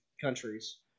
countries